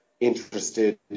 interested